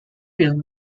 film